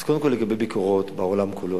אז קודם כול לגבי ביקורות בעולם כולו.